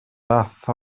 fath